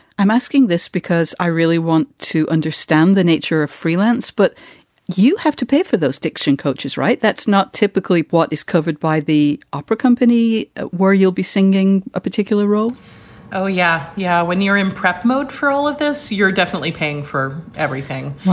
i'm asking this because i really want to understand the nature of freelance, but you have to pay for those diction coaches, right? that's not typically what is covered by the opera company where you'll be singing a particular role oh yeah. yeah. when you're in prep mode for all of this, you're definitely paying for everything.